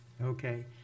Okay